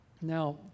Now